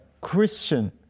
Christian